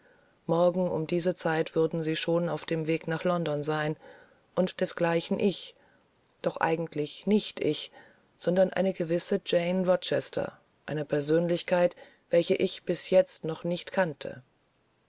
morgen um diese zeit würden sie schon auf dem wege nach london sein und desgleichen ich oder eigentlich nicht ich sondern eine gewisse jane rochester eine persönlichkeit welche ich bis jetzt noch nicht kannte